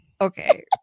Okay